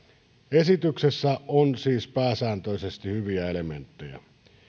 esityksessä on siis pääsääntöisesti hyviä elementtejä